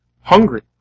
hungry